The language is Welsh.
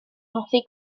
hoffi